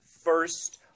First